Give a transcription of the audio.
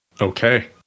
Okay